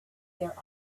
their